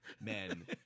Men